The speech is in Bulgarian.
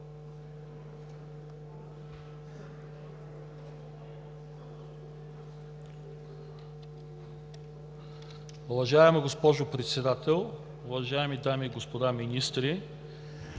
Уважаеми господин Председател, уважаеми госпожи и господа министри,